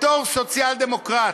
בתור סוציאל-דמוקרט.